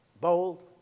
bold